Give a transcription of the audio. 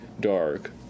dark